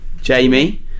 Jamie